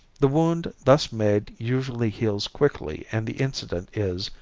the wound thus made usually heals quickly and the incident is,